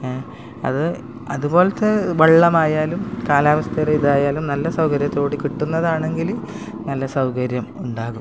ഏ അത് അതുപോലത്തെ വെള്ളമായാലും കാലാവസ്ഥയുടെ ഇതായാലും നല്ല സൗകര്യത്തോടുകൂടി കിട്ടുന്നതാണെങ്കിൽ നല്ല സൗകര്യം ഉണ്ടാകും